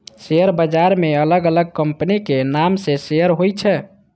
share बाजार मे अलग अलग कंपनीक नाम सं शेयर होइ छै